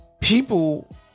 People